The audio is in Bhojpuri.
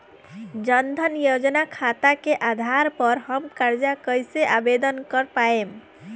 जन धन योजना खाता के आधार पर हम कर्जा कईसे आवेदन कर पाएम?